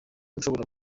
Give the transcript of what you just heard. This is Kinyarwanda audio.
nshobora